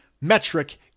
metric